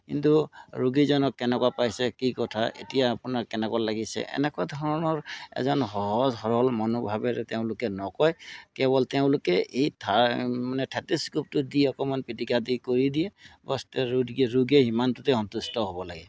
কিন্তু ৰোগীজনক কেনেকুৱা পাইছে কি কথা এতিয়া আপোনাৰ কেনেকুৱা লাগিছে এনেকুৱা ধৰণৰ এজন সহজ সৰল মনোভাৱেৰে তেওঁলোকে নকয় কেৱল তেওঁলোকে এই থা মানে থেটিস্কোপটো দি অকণমান পিটিকা দি কৰি দিয়ে সস্ত ৰোগীয়ে সিমানটোতে সন্তুষ্ট হ'ব লাগে